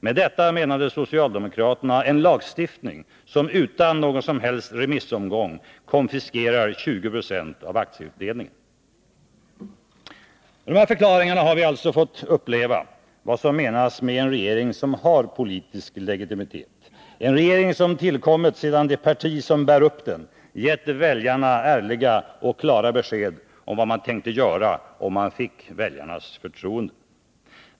Med detta menade socialdemokraterna en lagstiftning som utan någon som helst remissomgång konfiskerar 20 26 av aktieutdelningen. Med dessa förklaringar har vi alltså fått uppleva vad som menas med en regering som har politisk legitimitet, en regering som tillkommit sedan det parti som bär upp den gett väljarna ärliga och klara besked om vad man tänkte göra, om man fick väljarnas förtroende.